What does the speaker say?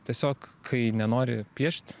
tiesiog kai nenori piešt